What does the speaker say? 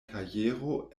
kajero